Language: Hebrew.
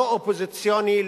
לא אופוזיציוני,